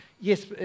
yes